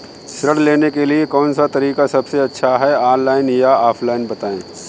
ऋण लेने के लिए कौन सा तरीका सबसे अच्छा है ऑनलाइन या ऑफलाइन बताएँ?